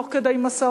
תוך כדי משא-ומתן,